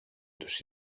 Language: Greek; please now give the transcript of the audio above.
τους